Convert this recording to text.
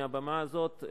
מהבימה הזאת,